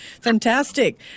Fantastic